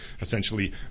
essentially